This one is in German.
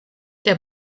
der